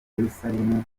yeruzalemu